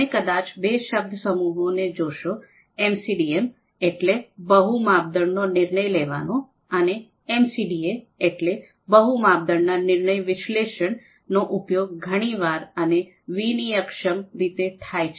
તમે કદાચ બે શબ્દસમૂહો ને જોશો એમસીડીએમ બહુ માપદંડનો નિર્ણય લેવાનો અને એમસીડીએ બહુ માપદંડના નિર્ણય વિશ્લેષણ નો ઉપયોગ ઘણી વાર અને વિનિમયક્ષમ રીતે થાય છે